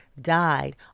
died